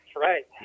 right